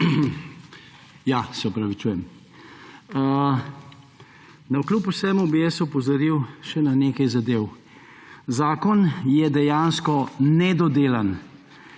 Ja. Se opravičujem. Navkljub vsemu bi opozoril še na nekaj zadev. Zakon je dejansko nedodelan.